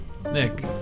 Nick